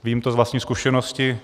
Vím to z vlastní zkušenosti.